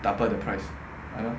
double the price